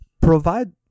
provide